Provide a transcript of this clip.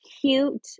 cute